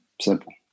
simple